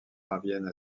parviennent